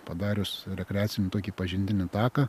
padarius rekreacinį tokį pažintinį taką